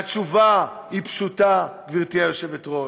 והתשובה היא פשוטה, גברתי היושבת-ראש: